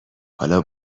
حالا